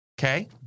Okay